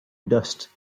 dust